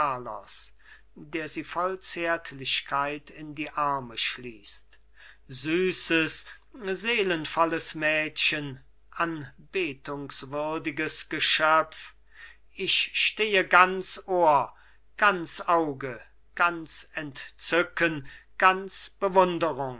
der sie voll zärtlichkeit in die arme schließt süßes seelenvolles mädchen anbetungswürdiges geschöpf ich stehe ganz ohr ganz auge ganz entzücken ganz bewunderung